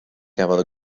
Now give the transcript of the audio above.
gafodd